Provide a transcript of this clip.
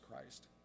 Christ